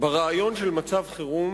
ברעיון של מצב חירום